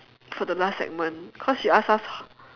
for the last segment cause she ask us